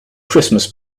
christmas